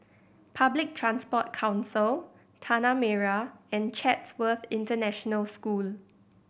Public Transport Council Tanah Merah and Chatsworth International School